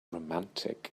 romantic